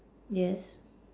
yes